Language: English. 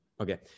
Okay